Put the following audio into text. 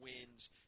wins